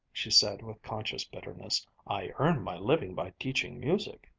she said with conscious bitterness. i earn my living by teaching music.